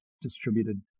distributed